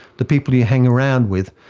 the people you hang around with.